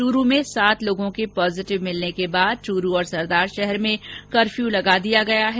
चूरू में सात लोगों के पॉजिटिव मिलने के बाद चूरू और सरदारशहर में कर्फ्यू लगा दिया गया है